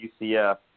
UCF